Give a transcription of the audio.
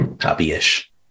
Happy-ish